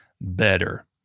better